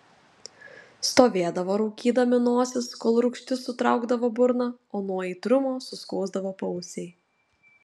stovėdavo raukydami nosis kol rūgštis sutraukdavo burną o nuo aitrumo suskausdavo paausiai